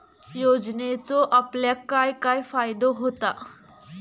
योजनेचो आपल्याक काय काय फायदो होता?